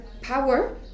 power